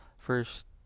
first